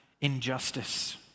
injustice